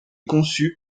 conçu